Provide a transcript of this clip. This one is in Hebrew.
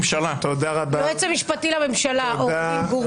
היועץ המשפטי לממשלה, עורך הדין גור